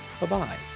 Bye-bye